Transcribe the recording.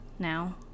now